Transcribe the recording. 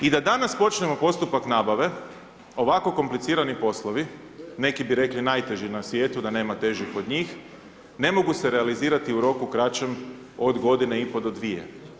I da danas počnemo postupak nabave, ovako komplicirani poslovi, neki bi rekli najteži na svijetu, da nema težih od njih ne mogu se realizirati u roku kraćem od godine i pol do dvije.